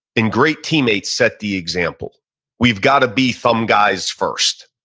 and great teammates set the example we've got to be thumb guys first.